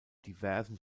diversen